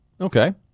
Okay